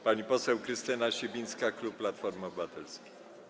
Pani poseł Krystyna Sibińska, klub Platformy Obywatelskiej.